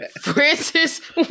Francis